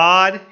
God